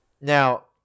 Now